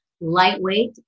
Lightweight